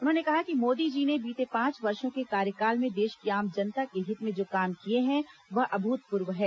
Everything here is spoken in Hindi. उन्होंने कहा कि मोदी जी ने बीते पांच वर्षों के कार्यकाल में देश की आम जनता के हित में जो काम किए है वह अभूतपूर्व हैं